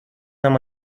нам